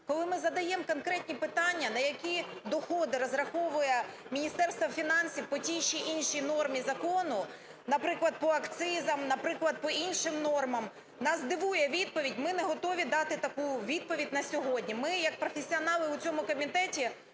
коли ми задаємо конкретні питання, на які доходи розраховує Міністерство фінансів по тій чи іншій нормі закону, наприклад, по акцизам, наприклад, по іншим нормам, нас дивує відповідь: "Ми не готові дати таку відповідь на сьогодні". Ми як професіонали у цьому комітеті